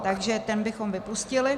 Takže ten bychom vypustili.